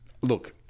Look